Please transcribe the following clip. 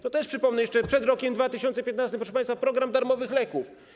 To też przypomnę: jeszcze przed rokiem 2015, proszę państwa, program darmowych leków.